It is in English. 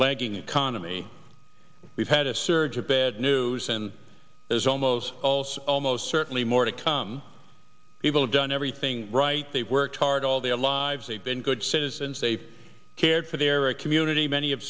lagging economy we've had a surge of bad news and there's almost also almost certainly more to come people have done everything right they've worked hard all their lives they've been good citizens they cared for their a community many of